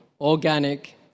organic